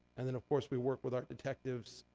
and then, of course, we worked with our detectives.